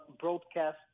broadcast